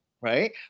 right